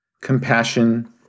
Compassion